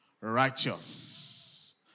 righteous